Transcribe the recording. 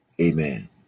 Amen